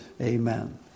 Amen